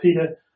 Peter